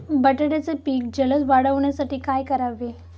बटाट्याचे पीक जलद वाढवण्यासाठी काय करावे?